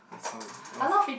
fight it off